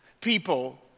People